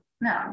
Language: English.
No